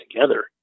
together